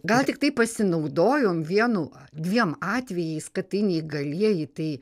gal tiktai pasinaudojom vienu dviem atvejais kad tai neįgalieji tai